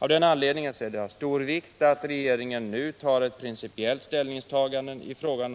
Av den anledningen är det av stor vikt att riksdagen nu tar principiell ställning i fråga